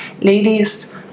ladies